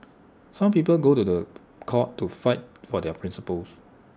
some people go to court to fight for their principles